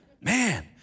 Man